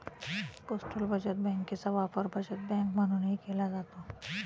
postal बचत बँकेचा वापर बचत बँक म्हणूनही केला जातो